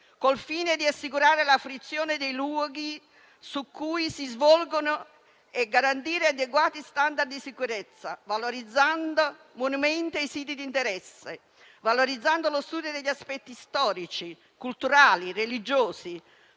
il fine di assicurare la fruizione dei luoghi in cui si snodano e garantire adeguati *standard* di sicurezza, valorizzando monumenti e siti di interesse, nonché lo studio degli aspetti storici, culturali, religiosi,